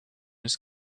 his